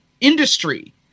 industry